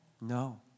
No